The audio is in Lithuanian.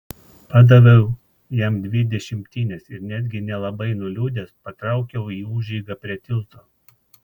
padaviau jam dvi dešimtines ir netgi nelabai nuliūdęs patraukiau į užeigą prie tilto